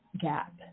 gap